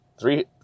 Three